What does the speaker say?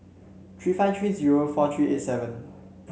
three five three zero four three eight seven